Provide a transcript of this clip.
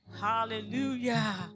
Hallelujah